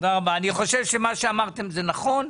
אני חושב שמה שאמרתם זה נכון.